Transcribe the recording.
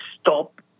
stop